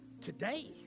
today